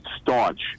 staunch